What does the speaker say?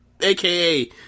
aka